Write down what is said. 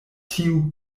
tiu